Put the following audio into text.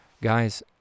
Guys